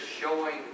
showing